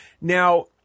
Now